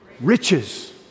Riches